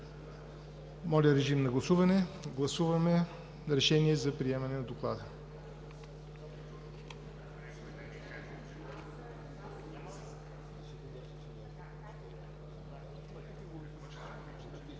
Моля, режим на гласуване на Решението за приемане на доклада.